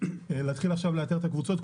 להתחיל עכשיו לאתר את הקבוצות.